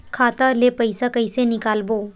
खाता ले पईसा कइसे निकालबो?